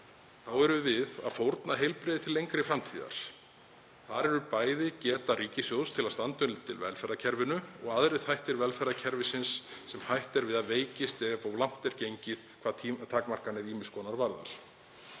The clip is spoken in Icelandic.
þá erum við að fórna heilbrigði til lengri framtíðar. Það er bæði geta ríkissjóðs til að standa undir velferðarkerfinu og aðrir þættir velferðarkerfisins sem hætt er við að veikist ef of langt er gengið hvað takmarkanir ýmiss konar varðar.